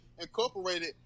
incorporated